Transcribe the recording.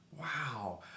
Wow